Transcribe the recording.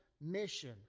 mission